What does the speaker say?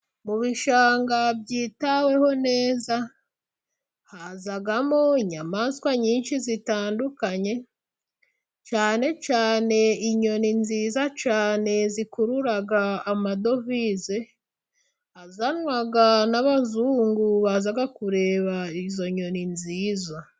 Mu bishanga byitaweho neza hazamo inyamaswa nyinshi zitandukanye, cyane cyane inyoni nziza cyane zikurura amadovize, azanywa n'abazungu baza kureba izo nyoni nziza.